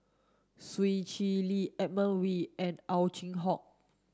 Swee Chee Lee Edmund Wee and Ow Chin Hock